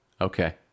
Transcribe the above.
Okay